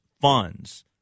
funds